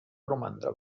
romandre